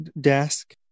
desk